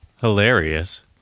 hilarious